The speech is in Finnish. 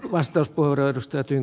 arvoisa puhemies